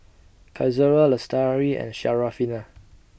Qaisara Lestari and Syarafina